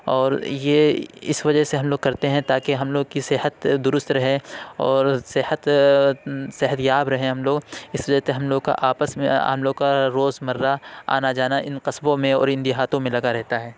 اور یہ اس وجہ سے ہم لوگ کرتے ہیں تاکہ ہم لوگ کی صحت درست رہے اور صحت صحت یاب رہیں ہم لوگ اس لیے تو ہم لوگ کا آپس میں ہم لوگ کا روزمرہ آنا جانا ان قصبوں میں اور ان دیہاتوں میں لگا رہتا ہے